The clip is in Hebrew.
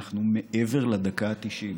אנחנו מעבר לדקה ה-90.